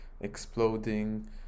exploding